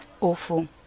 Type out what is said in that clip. Awful